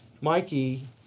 Mikey